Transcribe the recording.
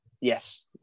Yes